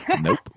Nope